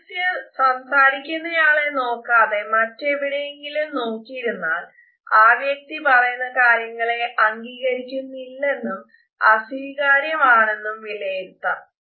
സദസ്യർ സംസാരിക്കുന്നയാളെ നോക്കാതെ മറ്റെവിടെയെങ്കിലും നോക്കിയിരുന്നാൽ ആ വ്യക്തി പറയുന്ന കാര്യങ്ങളെ അംഗീകരിക്കുന്നില്ലെന്നും അസ്വീകാര്യമാണെന്നും വിലയിരുത്താം